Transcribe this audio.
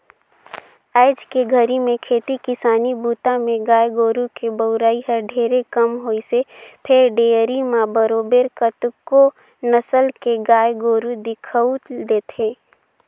आयज के घरी में खेती किसानी बूता में गाय गोरु के बउरई हर ढेरे कम होइसे फेर डेयरी म बरोबर कतको नसल के गाय गोरु दिखउल देथे